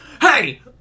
hey